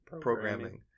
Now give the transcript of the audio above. programming